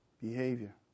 behavior